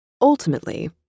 Ultimately